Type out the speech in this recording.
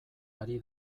ari